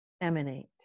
emanate